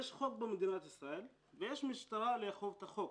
יש חוק במדינת ישראל ויש משטרה לאכוף את החוק.